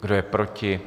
Kdo je proti?